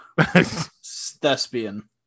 thespian